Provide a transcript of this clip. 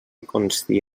consti